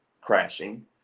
crashing